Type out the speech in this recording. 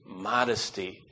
modesty